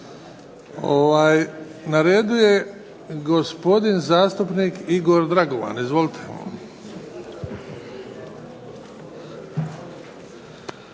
Na redu je gospodin zastupnik Igor Dragovan. Izvolite.